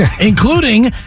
including